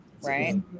right